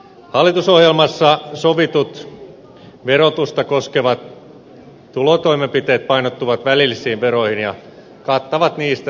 hallitusohjelmassa sovitut verotusta koskevat tulotoimenpiteet painottuvat välillisiin veroihin ja kattavat niistä useimmat